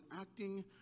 acting